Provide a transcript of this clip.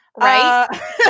Right